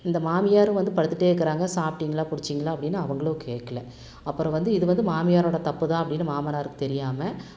இந்த மாமியாரும் வந்து படுத்துட்டே இருக்கிறாங்க சாப்பிட்டீங்களா புடிச்சீங்களா அப்படின்னு அவங்களும் கேக்கலை அப்புறம் வந்து இது வந்து மாமியாரோடய தப்பு தான் அப்படின்னு மாமனாருக்குத் தெரியாமல்